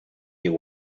you